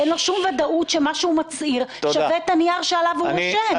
אין לו שום ודאות שמה שהוא מצהיר שווה את הנייר שעליו הוא רושם.